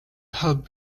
had